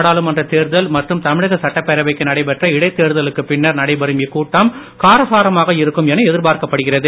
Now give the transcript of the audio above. நாடாளுமன்றத் தேர்தல் மற்றும் தமிழக சட்டப்பேரவைக்கு நடைபெற்ற இடைத் தேர்தலுக்குப் பின்னர் நடைபெறும் இக்கூட்டம் காரசாரமாக இருக்கும் என எதிர்பார்க்கப்படுகிறது